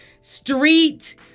street